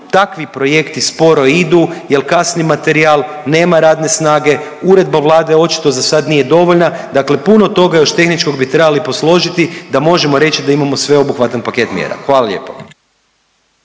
takvi projekti sporo idu jer kasni materijal, nema radne snage, uredba Vlade očito zasad nije dovoljna, dakle puno toga još tehničkog bi trebali posložiti da možemo reći da imamo sveobuhvatan paket mjera. Hvala lijepo.